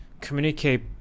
communicate